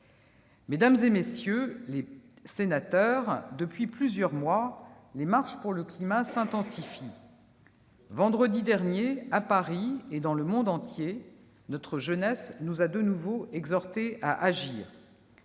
mesdames, messieurs les sénateurs, depuis plusieurs mois, les marches pour le climat s'intensifient. Vendredi dernier, à Paris et dans le monde entier, notre jeunesse nous a de nouveau exhortés à agir.